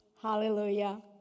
Hallelujah